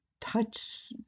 touch